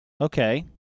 Okay